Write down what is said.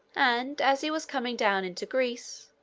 and, as he was coming down into greece,